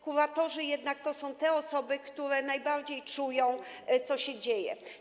Kuratorzy jednak to są te osoby, które najbardziej czują, co się dzieje.